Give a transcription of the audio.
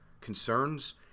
Concerns